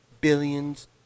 billions